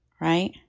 right